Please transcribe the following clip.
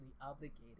obligated